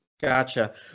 Gotcha